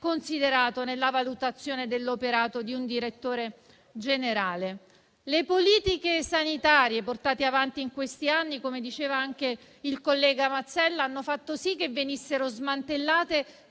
considerato nella valutazione dell'operato di un direttore generale. Le politiche sanitarie portate avanti in questi anni, come diceva anche il collega Mazzella, hanno fatto sì che venissero smantellate